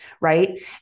Right